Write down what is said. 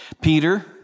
Peter